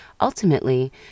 Ultimately